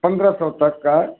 पन्द्रह सौ तक का